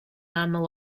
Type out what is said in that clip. aml